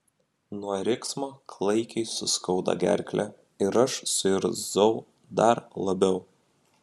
nuo riksmo klaikiai suskaudo gerklę ir aš suirzau dar labiau